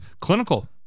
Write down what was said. Clinical